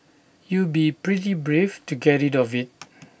you'd be pretty brave to get rid of IT